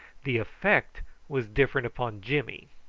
the effect was different upon jimmy,